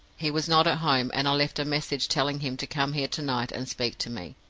he was not at home, and i left a message telling him to come here to-night and speak to me.